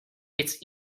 its